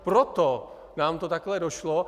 Proto nám to takto došlo.